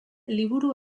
liburu